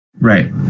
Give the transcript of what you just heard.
Right